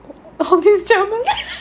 oh this is german